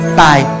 bye